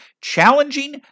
Challenging